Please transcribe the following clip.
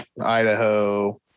Idaho